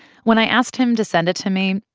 when i asked him to send it to me,